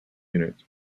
units